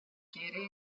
quiere